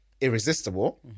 irresistible